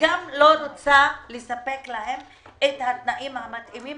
וגם לא רוצה לספק להם את התנאים המתאימים,